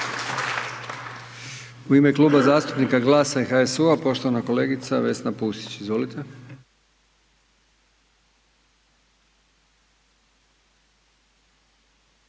U ime Kluba zastupnika GLAS-a i HSU-a poštovana kolegica Vesna Pusić, izvolite.